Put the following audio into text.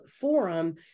forum